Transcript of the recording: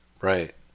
right